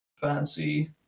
fancy